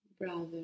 Brother